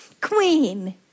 Queen